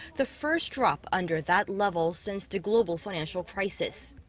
the first drop under that level since the global finanical crisis.